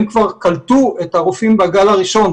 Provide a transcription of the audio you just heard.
הם כבר קלטו את הרופאים בגל הראשון,